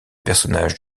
personnage